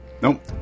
Nope